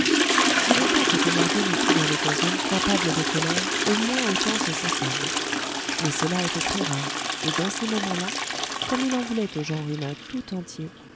ce n'est pas que thénardier ne fût dans l'occasion capable de colère au moins autant que sa femme mais cela était très rare et dans ces moments-là comme il en voulait au genre humain tout entier